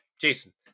Jason